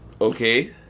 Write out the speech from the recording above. okay